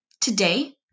Today